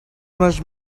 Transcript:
much